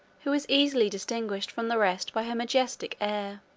who was easily distinguished from the rest by her majestic air.